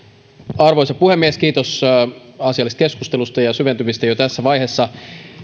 arvoisa puhemies kiitos asiallisesta keskustelusta ja syventymisestä jo tässä vaiheessa